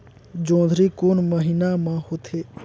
जोंदरी कोन महीना म होथे?